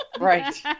Right